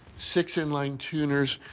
six inline tuners,